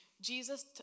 Jesus